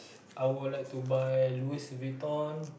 I would like to buy Louis Vuitton